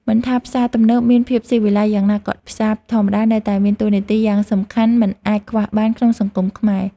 មិនថាផ្សារទំនើបមានភាពស៊ីវិល័យយ៉ាងណាក៏ផ្សារធម្មតានៅតែមានតួនាទីយ៉ាងសំខាន់មិនអាចខ្វះបានក្នុងសង្គមខ្មែរ។